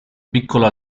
piccolo